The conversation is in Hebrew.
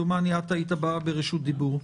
דומני את היית הבאה ברשות דיבור.